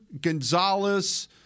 Gonzalez